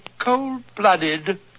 cold-blooded